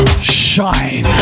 Shine